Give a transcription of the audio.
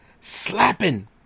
slapping